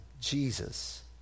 Jesus